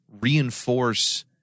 reinforce